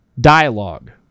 dialogue